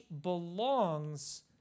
belongs